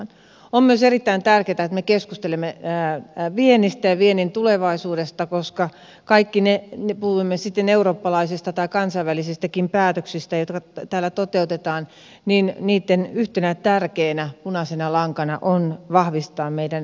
on myös erittäin tärkeätä että me keskustelemme viennistä ja viennin tulevaisuudesta koska kaikkien niiden päätösten puhumme sitten eurooppalaisista tai kansainvälisistäkin päätöksistä jotka täällä toteutetaan yhtenä tärkeänä punaisena lankana on vahvistaa meidän vientiämme